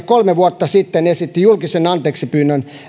kolme vuotta sitten esitti julkisen anteeksipyynnön